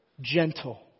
gentle